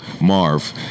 Marv